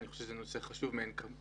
אני חושב שזה נושא חשוב מאין כמותו,